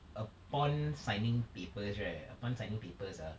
upon signing papers right upon signing papers ah